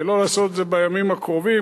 לא לעשות את זה בימים הקרובים,